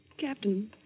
Captain